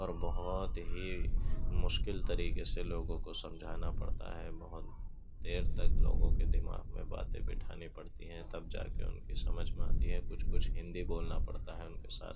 اور بہت ہی مشکل طریقے سے لوگوں کو سمجھانا پڑتا ہے بہت دیر تک لوگوں کے دماغ میں باتیں بٹھانی پڑتی ہیں تب جا کے اُن کی سمجھ میں آتی ہے کچھ کچھ ہندی بولنا پڑتا ہے اُن کے ساتھ